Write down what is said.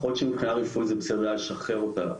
יכול להיות שמבחינה רפואית זה בסדר היה לשחרר אותה.